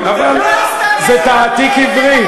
יודע, זה לא בכיוון, אבל זה תעתיק עברי.